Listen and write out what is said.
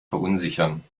verunsichern